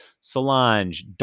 Solange